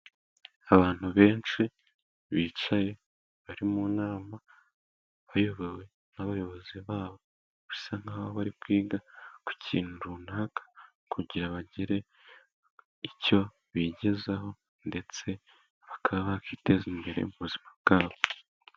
Abantu benshi bicaye bari mu nama bayobowe n'abayobozi babo, usa nkaho bari kwiga ku kintu runaka kugira bagire icyo bigezaho, ndetse bakaba bakiteza imbere mu buzima bwabo.